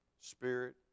Spirit